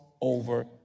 over